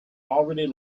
already